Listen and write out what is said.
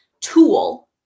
tool